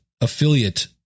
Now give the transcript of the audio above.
affiliate